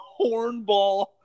hornball